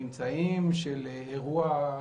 הממצאים של אירוע,